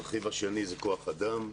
הרכיב השני הוא כוח אדם.